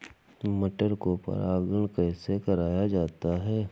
मटर को परागण कैसे कराया जाता है?